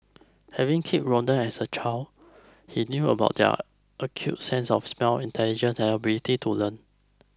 having kept rodents as a child he knew about their acute sense of smell intelligence and ability to learn